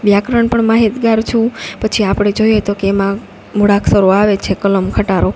વ્યાકરણ પણ માહિતગાર છું પછી આપણે જોઈએ તો કે એમાં મૂળાક્ષરો આવે છે કલમ ખટારો